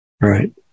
Right